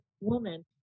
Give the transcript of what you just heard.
woman